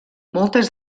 moltes